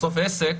בסוף עסק